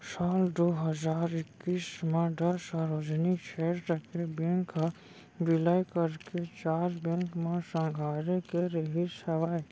साल दू हजार एक्कीस म दस सार्वजनिक छेत्र के बेंक ह बिलय करके चार बेंक म संघारे गे रिहिस हवय